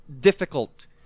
difficult